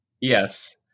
Yes